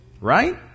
right